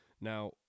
now